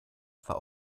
war